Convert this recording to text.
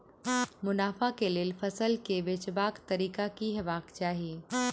मुनाफा केँ लेल फसल केँ बेचबाक तरीका की हेबाक चाहि?